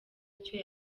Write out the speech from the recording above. icyo